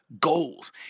goals